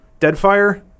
Deadfire